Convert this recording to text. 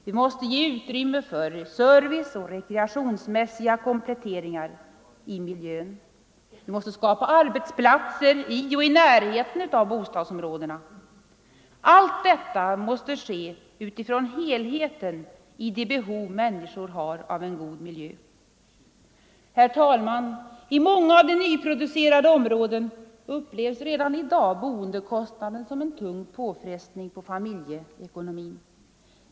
Vi måste ge utrymme för serviceoch rekreationsmässiga kompletteringar i miljön. Vi måste skapa arbetsplatser i och i närheten av bostadsområdena. Allt detta måste ske utifrån helheten i de behov människor har av en god miljö. Herr talman! I många nyproducerade områden upplevs redan i dag boendekostnaden som en tung påfrestning på familjeekonomin.